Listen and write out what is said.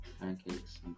Pancakes